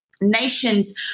Nations